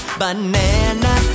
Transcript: banana